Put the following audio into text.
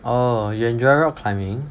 oh you enjoy rock climbing